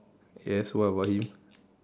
yes what about him